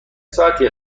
ساعتی